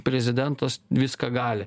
prezidentas viską gali